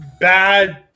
bad